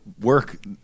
work